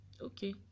Okay